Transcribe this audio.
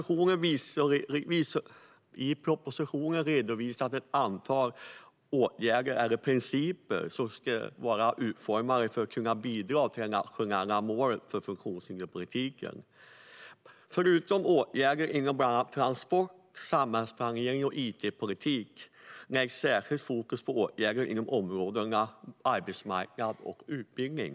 I propositionen redovisas ett antal åtgärder eller principer som ska vara utformade för att bidra till det nationella målet för funktionshinderspolitiken. Förutom åtgärder inom bland annat transport, samhällsplanering och it-politik läggs särskilt fokus på åtgärder inom områdena arbetsmarknad och utbildning.